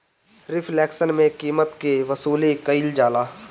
reflection में कीमत के वसूली कईल जाला